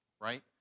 right